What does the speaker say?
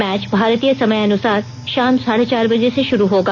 match भारतीय समयानुसार शाम साढे चार बजे से शुरू होगा